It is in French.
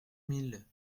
mille